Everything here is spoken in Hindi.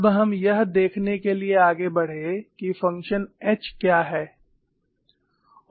तब हम यह देखने के लिए आगे बढ़े कि फंक्शन H क्या है